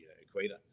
equator